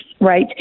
right